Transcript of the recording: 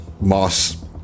moss